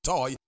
Toy